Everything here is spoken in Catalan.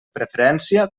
preferència